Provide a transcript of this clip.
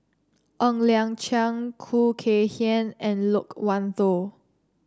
Ng Liang Chiang Khoo Kay Hian and Loke Wan Tho